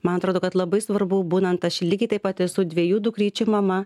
man atrodo kad labai svarbu būnant aš lygiai taip pat esu dviejų dukryčių mama